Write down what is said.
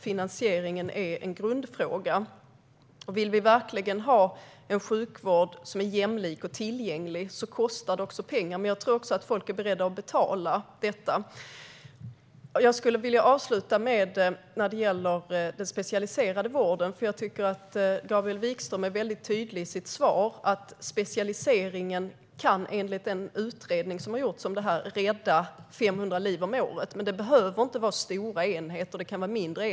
Finansieringen är en grundfråga. Om vi verkligen vill ha en sjukvård som är jämlik och tillgänglig kostar det pengar. Jag tror att folk är beredda att betala för det. Jag vill avsluta med några ord om den specialiserade vården. Jag tycker att Gabriel Wikström var tydlig i sitt svar: Specialiseringen kan, enligt utredningen som gjorts, rädda 500 liv om året. Men det behöver inte handla om stora enheter, utan de kan vara mindre.